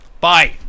Bye